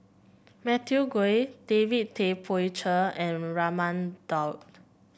Matthew Ngui David Tay Poey Cher and Raman Daud